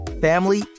family